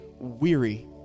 weary